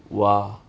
!wah!